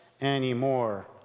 anymore